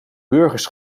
burgers